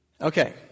Okay